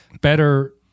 better